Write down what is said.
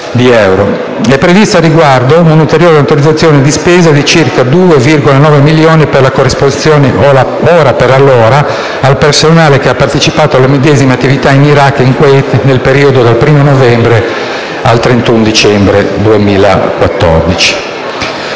È prevista, al riguardo, un'ulteriore autorizzazione di spesa di circa 2,9 milioni per la corresponsione, ora per allora, al personale che ha partecipato alle medesime attività in Iraq e Kuwait, nel periodo dal 1° novembre 2014 al 31 dicembre 2014,